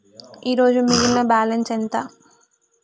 ఈరోజు మిగిలిన బ్యాలెన్స్ ఎంత?